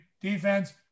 defense